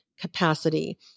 capacity